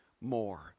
more